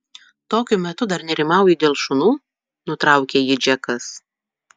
tokiu metu dar nerimauji dėl šunų nutraukė jį džekas